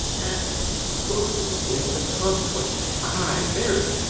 at closes in the consequence' ay, marry!